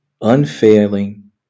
Unfailing